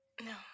no